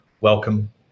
Welcome